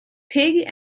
pig